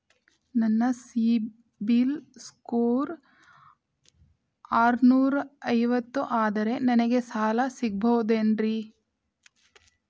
ನನ್ನ ಸಿಬಿಲ್ ಸ್ಕೋರ್ ಆರನೂರ ಐವತ್ತು ಅದರೇ ನನಗೆ ಸಾಲ ಸಿಗಬಹುದೇನ್ರಿ?